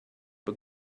are